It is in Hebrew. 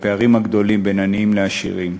הפערים הגדולים בין עניים לעשירים.